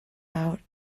out